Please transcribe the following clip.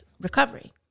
recovery